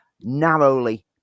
narrowly